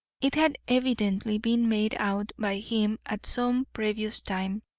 it had evidently been made out by him at some previous time,